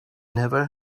never